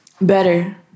Better